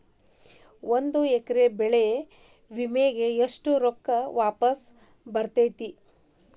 ಒಂದು ಎಕರೆ ಬೆಳೆ ವಿಮೆಗೆ ಎಷ್ಟ ರೊಕ್ಕ ವಾಪಸ್ ಬರತೇತಿ?